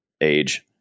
age